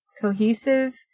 cohesive